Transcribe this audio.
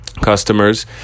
customers